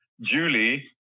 Julie